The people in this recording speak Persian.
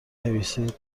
نویسید